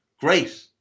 great